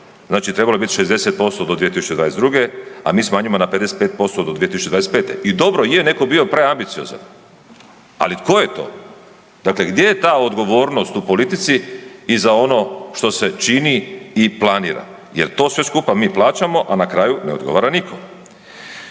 Znači trebalo je biti 60% do 2022., a mi smanjimo na 55% do 2025. i dobro je netko bio preambiciozan, ali tko je to, dakle gdje je ta odgovornost u politici i za ono što se čini i planira jer to sve skupa mi plaćamo, a na kraju ne odgovara nitko.